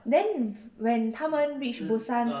then when 他们 reach busan